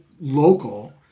local